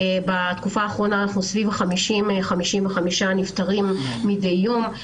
בתקופה האחרונה אנחנו סביב 55-50 נפטרים מידי יום.